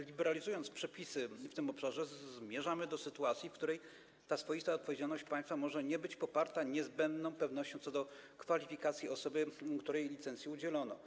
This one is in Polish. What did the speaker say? Liberalizując przepisy w tym obszarze, zmierzamy do sytuacji, w której ta swoista odpowiedzialność państwa może nie być poparta niezbędną pewnością co do kwalifikacji osoby, której licencji udzielono.